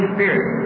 Spirit